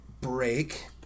break